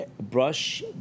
brush